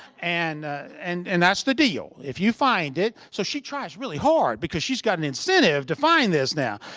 and and and that's the deal. if you find it. so she tries really hard because she's got an incentive to find this now.